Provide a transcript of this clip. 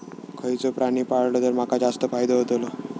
खयचो प्राणी पाळलो तर माका जास्त फायदो होतोलो?